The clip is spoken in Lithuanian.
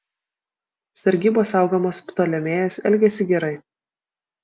sargybos saugomas ptolemėjas elgėsi gerai